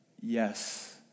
yes